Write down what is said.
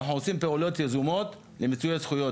ואנחנו עושים פעולות יזומות למיצוי הזכויות.